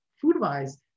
food-wise